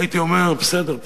הייתי אומר "פיזה",